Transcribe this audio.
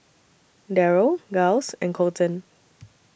Derald Giles and Colten